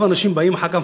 רוב האנשים באים אחר כך,